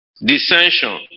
dissension